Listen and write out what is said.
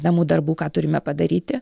namų darbų ką turime padaryti